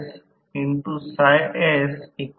तर दुसरी गोष्ट S 1 येथे आहे